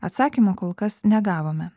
atsakymo kol kas negavome